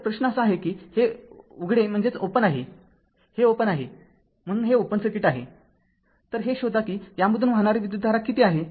तर प्रश्न असा आहे की हे उघडे आहे हे उघडे आहे म्हणून हे ओपन सर्किट आहे तर हे शोधा कि यामधून वाहणारी विद्युतधारा किती आहे